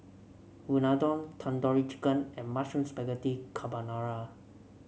Unadon Tandoori Chicken and Mushroom Spaghetti Carbonara